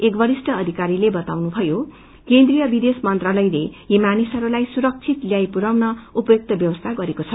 एक वरिष्ठ अयिकारीले बताउनुभयो केन्द्रिय विदेश मंत्रालयले यी मानिसहरूलाई सुरक्षित ल्याइपुर्याउने उपयुक्त व्यवस्था गरेको छ